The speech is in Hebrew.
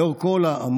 לאור כל האמור,